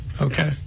Okay